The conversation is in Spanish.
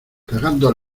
cagando